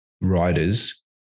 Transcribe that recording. riders